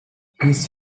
his